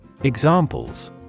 Examples